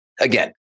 again